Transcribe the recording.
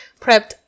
prepped